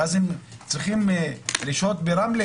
ואז הם צריכים לשהות ברמלה